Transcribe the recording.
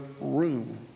room